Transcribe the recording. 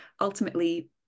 ultimately